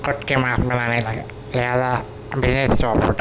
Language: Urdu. خود کے ماسک بنانے لگے لہٰذا